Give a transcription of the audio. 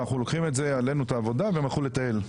אנחנו לוקחים את העבודה עלינו והן הלכו לטייל.